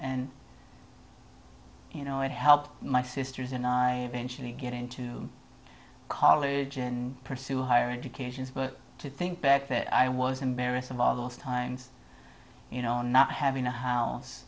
and you know it helped my sisters and i eventually get into college and pursue higher educations but to think back that i was embarrassed of all those times you know not having a house